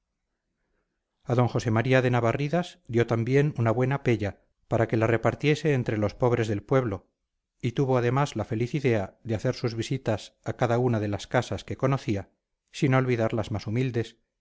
d josé maría de navarridas dio también una buena pella para que la repartiese entre los pobres del pueblo y tuvo además la feliz idea de hacer sus visitas a cada una de las casas que conocía sin olvidar las más humildes